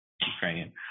Ukrainian